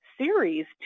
series